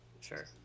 Sure